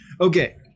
Okay